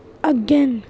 अग्गें